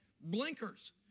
blinkers